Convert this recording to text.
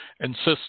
insist